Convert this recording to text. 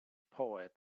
poet